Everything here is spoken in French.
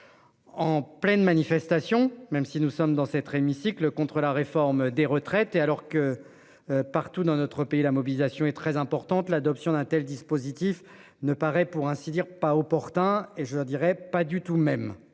En pleine manifestation même si nous sommes dans cette hémicycle contre la réforme des retraites est alors que. Partout dans notre pays. La mobilisation est très importante. L'adoption d'un tel dispositif ne paraît pour ainsi dire pas opportun et je leur dirais pas du tout de